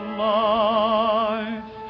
life